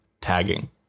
tagging